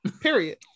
period